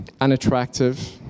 unattractive